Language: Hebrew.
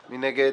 מי נגד?